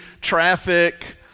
traffic